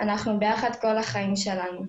אנחנו ביחד כל החיים שלנו.